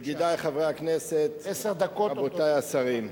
אדוני היושב-ראש, ידידי חברי הכנסת, רבותי השרים,